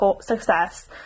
success